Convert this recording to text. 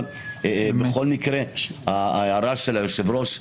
בכל מקרה ההערה של היושב-ראש,